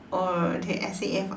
or the S_A_F